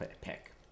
pick